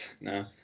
No